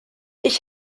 ich